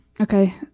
Okay